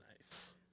Nice